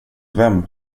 vem